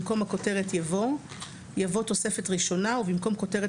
במקום הכותרת "יבוא" יבוא "תוספת ראשונה" ובמקום כותרת